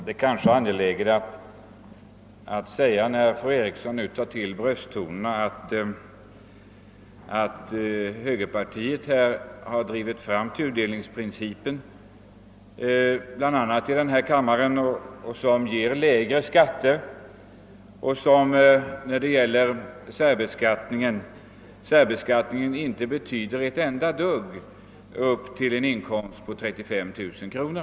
Herr talman! När fru Eriksson i Stockholm nu tar till brösttonerna är det kanske angeläget att framhålla, att högerpartiet bl.a. i denna kammare drivit fram tudelningsprincipen, som ger lägre skatter och som när det gäller särbeskattningen inte betyder ett dugg för inkomster upp till 35 000 kronor.